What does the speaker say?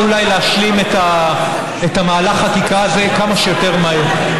אולי להשלים את מהלך החקיקה הזה כמה שיותר מהר.